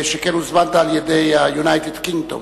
שכן הוזמנת על-ידי ה-United Kingdom.